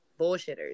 bullshitters